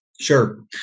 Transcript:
Sure